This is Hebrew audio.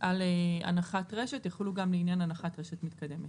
על הנחת רשת, יחולו גם לעניין הנחת רשת מתקדמת.